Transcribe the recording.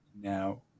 now